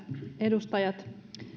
edustajat